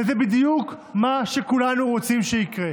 וזה בדיוק מה שכולנו רוצים שיקרה.